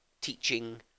teaching